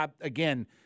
again